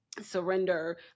surrender